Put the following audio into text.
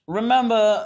remember